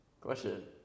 Question